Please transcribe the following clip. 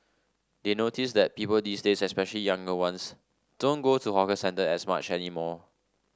they notice that people these days especially younger ones don't go to hawker centre as much anymore